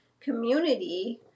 community